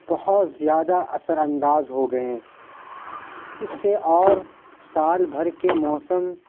بہت زیادہ اثر انداز ہو گئے ہیں اس سے اور سال بھر کے موسم